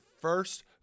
first